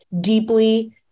deeply